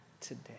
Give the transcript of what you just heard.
today